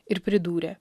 ir pridūrė